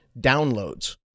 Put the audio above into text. downloads